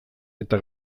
eta